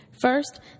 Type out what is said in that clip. First